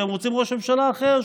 שהם רוצים ראש ממשלה אחר,